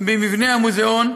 במבנה המוזיאון,